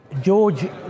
George